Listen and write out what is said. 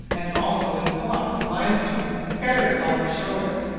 and also in the blocks of limestone scattered along the shores.